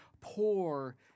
poor